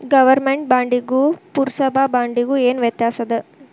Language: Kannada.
ಗವರ್ಮೆನ್ಟ್ ಬಾಂಡಿಗೂ ಪುರ್ಸಭಾ ಬಾಂಡಿಗು ಏನ್ ವ್ಯತ್ಯಾಸದ